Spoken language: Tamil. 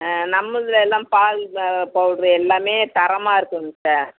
நம்மளுதில் எல்லாம் பால் பவுட்ரு எல்லாமே தரமாக இருக்குங்க சார்